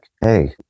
hey